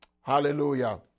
Hallelujah